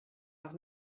noch